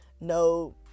no